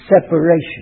separation